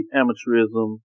amateurism